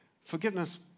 Forgiveness